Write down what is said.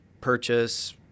purchase